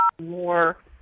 more